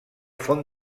font